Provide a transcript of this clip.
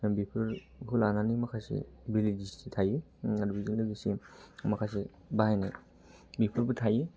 दा बेफोरखौ लानानै माखासे भेलिडिटि थायो बेजों लोगोसे माखासे बाहायनाय बेफोरबो थायो